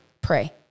pray